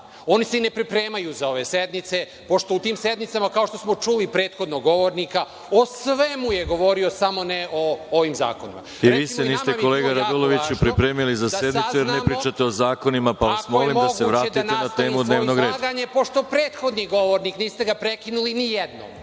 oni se i ne pripremaju za ove sednice, pošto u tim sednicama, kao što smo čuli prethodnog govornika, o svemu je govorio, samo ne o ovim zakonima.(Predsedavajući: I vi se niste, kolega Raduloviću, pripremili za sednicu, jer ne pričate o zakonima, pa vas molim da se vratite na temu dnevnog reda.)Nama je bilo jako važno da saznamo, ako je moguće da nastavim svoje izlaganje, pošto prethodni govornik, niste ga prekinuli ni jednom,